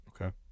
Okay